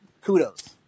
kudos